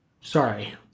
Sorry